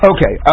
Okay